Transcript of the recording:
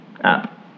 App